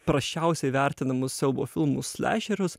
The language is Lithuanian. prasčiausiai vertinamus siaubo filmus slešerius